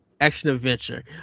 Action-adventure